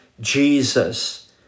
Jesus